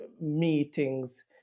meetings